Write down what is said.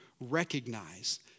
recognize